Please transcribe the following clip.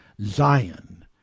Zion